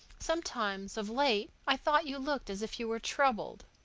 sometimes, of late, i've thought you looked as if you were troubled.